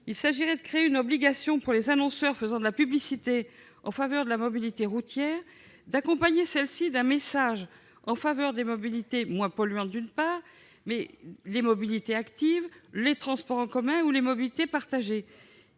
Il s'agit de créer une obligation pour les annonceurs faisant de la publicité en faveur de la mobilité routière d'accompagner celle-ci d'un message en faveur des mobilités moins polluantes comme les mobilités actives, les transports en commun ou les mobilités partagées.